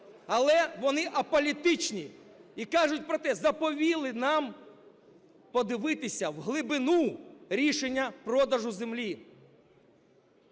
Але вони аполітичні і кажуть про те, заповіли нам подивитися в глибину рішення продажу землі.